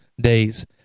days